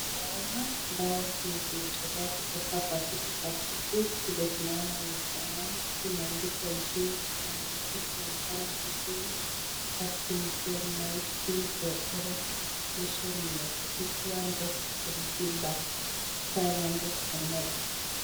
Daw, dawa zenye zimetolewa kutoka kwa hili pakiti. Hizi dawa zenye tunaona imefanana. Imeandikwa juu na maandiko zinaonekana vizuri [Azithromycin for Oral Suspension, USP 200mg per 500ml]